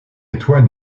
étoile